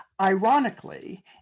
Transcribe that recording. ironically